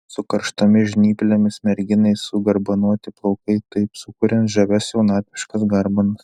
su karštomis žnyplėmis merginai sugarbanoti plaukai taip sukuriant žavias jaunatviškas garbanas